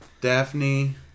Daphne